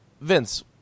Vince